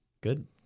Good